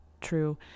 true